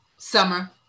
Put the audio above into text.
Summer